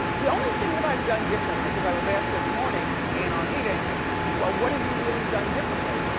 the only thing that i've done differently, cause i was asked this morning in our meeting well, what have you really done differently?